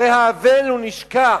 הרי האבל נשכח.